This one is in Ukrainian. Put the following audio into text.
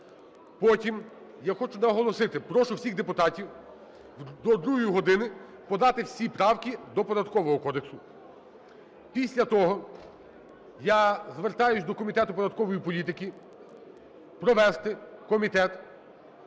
Потім, я хочу наголосити: прошу всіх депутатів до другої години подати всі правки до Податкового кодексу. Після того я звертаюсь до Комітету податкової політики провести комітет